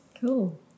Cool